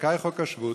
זכאי חוק השבות.